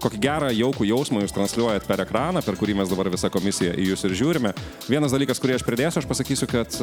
kokį gerą jaukų jausmą jūs transliuojat per ekraną per kurį mes dabar visą komisiją į jus ir žiūrime vienas dalykas kurį aš pradėsiu aš pasakysiu kad